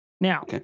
now